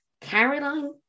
Caroline